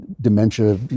dementia